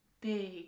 big